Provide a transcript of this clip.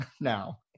now